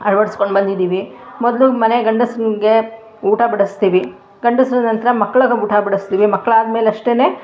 ಅಳ್ವಡಿಸ್ಕೊಂಡು ಬಂದಿದ್ದೀವಿ ಮೊದಲು ಮನೆ ಗಂಡಸ್ರಿಗೆ ಊಟ ಬಡಿಸ್ತೀವಿ ಗಂಡಸ್ರು ನಂತರ ಮಕ್ಳಿಗೆ ಊಟ ಬಡಿಸ್ತೀವಿ ಮಕ್ಳಾದ್ಮೇಲೆ ಅಷ್ಟೇನೆ